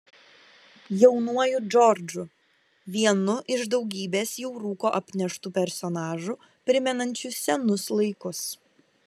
jaunuoju džordžu vienu iš daugybės jau rūko apneštų personažų primenančių senus laikus